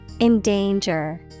Endanger